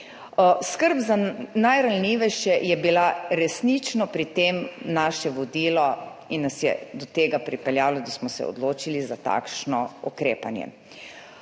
Skrb za najranljivejše je bila resnično pri tem naše vodilo in nas je pripeljala do tega, da smo se odločili za takšno ukrepanje.